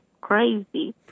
crazy